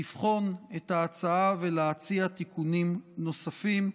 לבחון את ההצעה ולהציע תיקונים נוספים.